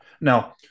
Now